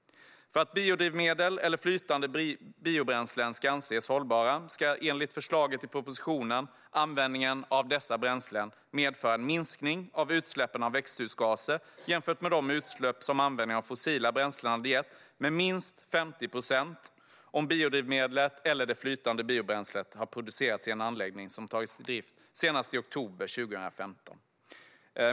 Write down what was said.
För att biodrivmedel eller flytande biobränslen ska anses hållbara ska, enligt förslaget i propositionen, användningen av dessa bränslen medföra en minskning av utsläppen av växthusgaser, jämfört med de utsläpp som användning av fossila bränslen hade gett, med minst 50 procent om biodrivmedlet eller det flytande biobränslet har producerats i en anläggning som har tagits i drift senast i oktober 2015.